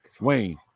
Wayne